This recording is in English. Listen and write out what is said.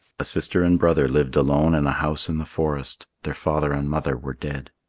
a sister and brother lived alone in a house in the forest. their father and mother were dead.